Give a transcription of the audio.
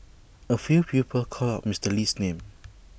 A few people called out Mister Lee's name